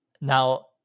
now